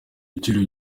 ibiciro